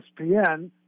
ESPN